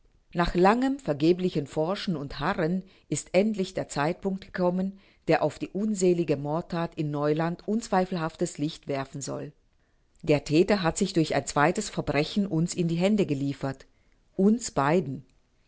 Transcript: nach langem vergeblichem forschen und harren ist endlich der zeitpunct gekommen der auf die unselige mordthat in neuland unzweifelhaftes licht werfen soll der thäter hat sich durch ein zweites verbrechen uns in die hände geliefert uns beiden